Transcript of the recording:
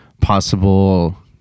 possible